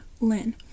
Lynn